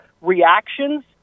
reactions